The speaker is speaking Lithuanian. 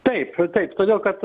taip taip todėl kad